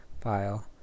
file